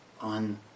on